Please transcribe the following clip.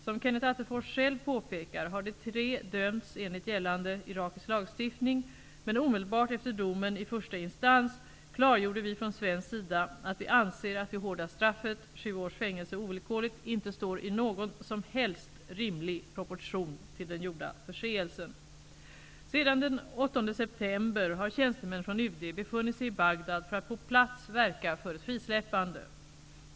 Som Kenneth Attefors själv påpekar har de tre dömts enligt gällande irakisk lagstiftning, men omedelbart efter domen i första instans klargjorde vi från svensk sida att vi anser att det hårda straffet, sju års fängelse ovillkorligt, inte står i någon som helst rimlig proportion till den gjorda förseelsen. Sedan den 8 september har tjänstemän från UD befunnit sig i Bagdad för att på plats verka för ett frisläppande.